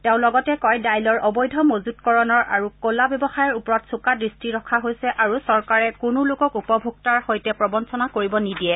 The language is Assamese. তেওঁ লগতে কয় ডাইলৰ অবৈধ মজুতকৰণ আৰু কলা ব্যৱসায়ৰ ওপৰত চোকা দৃষ্টি ৰখা হৈছে আৰু চৰকাৰে কোনো লোকক উপভোক্তাৰ সৈতে প্ৰবঞ্ণনা কৰিব নিদিয়ে